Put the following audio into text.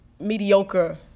mediocre